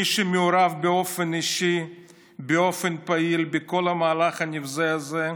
מי שמעורב באופן אישי באופן פעיל בכל המהלך הנבזה הזה,